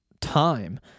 time